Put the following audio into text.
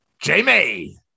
Jamie